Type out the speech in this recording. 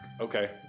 Okay